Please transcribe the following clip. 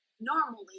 normally